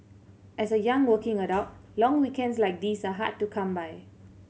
as a young working adult long weekends like these are hard to come by